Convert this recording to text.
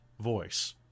voice